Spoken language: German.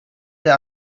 der